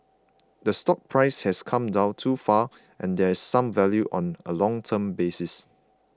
the stock price has come down too far and there's some value on a long term basis